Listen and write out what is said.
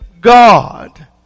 God